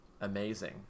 amazing